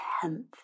tenth